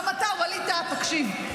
גם אתה, ווליד טאהא, תקשיב.